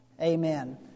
Amen